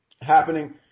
happening